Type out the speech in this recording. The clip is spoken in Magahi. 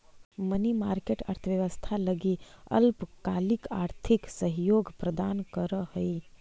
मनी मार्केट अर्थव्यवस्था लगी अल्पकालिक आर्थिक सहयोग प्रदान करऽ हइ